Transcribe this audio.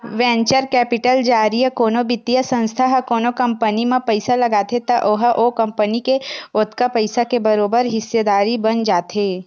venture capital जरिए कोनो बित्तीय संस्था ह कोनो कंपनी म पइसा लगाथे त ओहा ओ कंपनी के ओतका पइसा के बरोबर हिस्सादारी बन जाथे